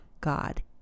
God